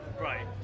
Right